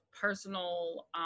personal